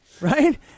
Right